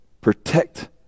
protect